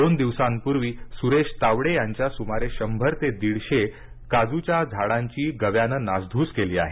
दोन दिवसांपूर्वी सुरेश तावडे यांच्या सुमारे शंभर ते दीडशे काजूच्या झाडांची गव्यानं नासाधूस केली आहे